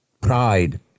Pride